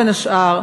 בין השאר,